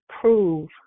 prove